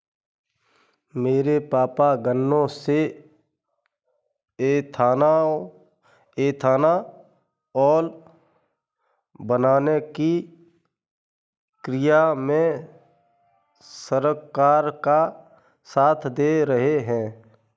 मेरे पापा गन्नों से एथानाओल बनाने की प्रक्रिया में सरकार का साथ दे रहे हैं